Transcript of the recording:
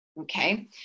okay